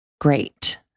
great